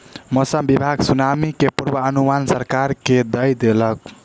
मौसम विभाग सुनामी के पूर्वानुमान सरकार के दय देलक